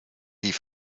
die